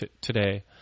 today